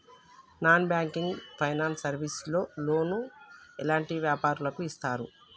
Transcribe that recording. Non banking finance service లో loan ఎలాంటి వ్యాపారులకు ఇస్తరు?